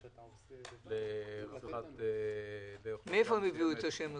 סעד לרווחת --- מאיפה הם הביאו את השם הזה?